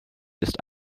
ist